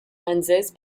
lenses